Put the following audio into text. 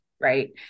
Right